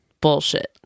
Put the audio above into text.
bullshit